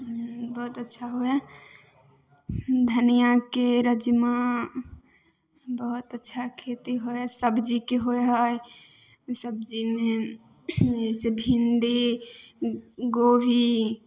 बहुत अच्छा होइ हइ धनियाके रजमा बहुत अच्छा खेती होइ हइ सब्जीके होइ हइ सब्जीमे जइसे भिण्डी गोभी